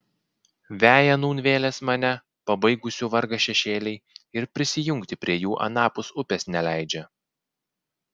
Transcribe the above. veja nūn vėlės mane pabaigusių vargą šešėliai ir prisijungti prie jų anapus upės neleidžia